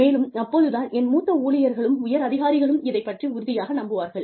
மேலும் அப்போது தான் என் மூத்த ஊழியர்களும் உயர் அதிகாரிகளும் இதைப் பற்றி உறுதியாக நம்புவார்கள்